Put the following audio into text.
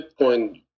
bitcoin